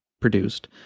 produced